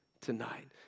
tonight